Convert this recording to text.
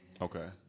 Okay